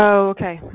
ah okay.